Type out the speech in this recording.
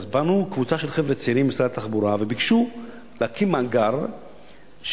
אז באו קבוצה של חבר'ה צעירים למשרד התחבורה וביקשו להקים מאגר שירשום,